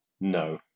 No